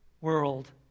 world